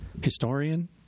historian